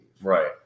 Right